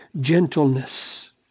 gentleness